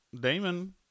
Damon